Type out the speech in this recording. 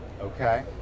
okay